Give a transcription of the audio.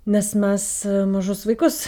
nes mes mažus vaikus